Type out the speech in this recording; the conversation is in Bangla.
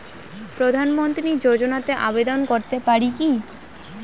প্রধানমন্ত্রী যোজনাতে আবেদন করতে পারি কি?